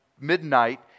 midnight